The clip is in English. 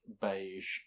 beige